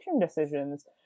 decisions